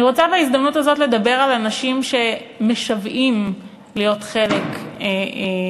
אני רוצה בהזדמנות הזאת לדבר על אנשים שמשוועים להיות חלק מהשירות,